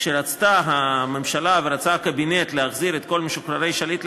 כשרצתה הממשלה ורצה הקבינט להחזיר את כל משוחררי עסקת שליט לכלא,